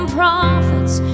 prophets